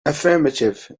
affirmative